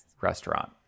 restaurant